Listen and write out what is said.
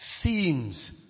seems